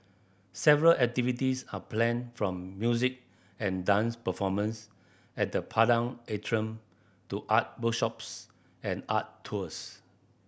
several activities are planned from music and dance performance at the Padang Atrium to art workshops and art tours